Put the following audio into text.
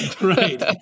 Right